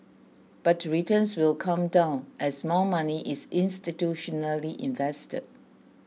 but returns will come down as more money is institutionally invested